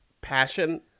passion